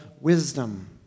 wisdom